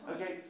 Okay